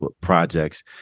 projects